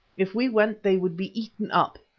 if we went they would be eaten up,